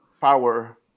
power